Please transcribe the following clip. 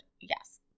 yes